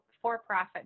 for-profit